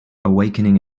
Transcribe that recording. awakening